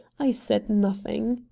i said nothing.